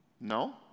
No